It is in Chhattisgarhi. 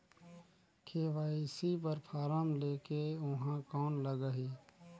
के.वाई.सी बर फारम ले के ऊहां कौन लगही?